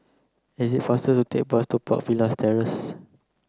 is it faster to take bus to Park Villas Terrace